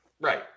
Right